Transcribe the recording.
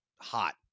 hot